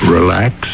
Relax